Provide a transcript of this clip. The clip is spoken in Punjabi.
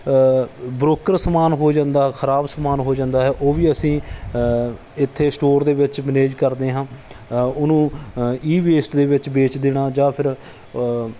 ਬਰੋਕਰਸ ਸਮਾਨ ਹੋ ਜਾਂਦਾ ਖ਼ਰਾਬ ਸਮਾਨ ਹੋ ਜਾਂਦਾ ਹੈ ਉਹ ਵੀ ਅਸੀਂ ਇੱਥੇ ਸਟੋਰ ਦੇ ਵਿੱਚ ਮੈਨੇਜ ਕਰਦੇ ਹਾਂ ਉਹਨੂੰ ਈਵੇਸਟ ਦੇ ਵਿੱਚ ਵੇਚ ਦੇਣਾ ਜਾਂ ਫਿਰ